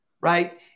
Right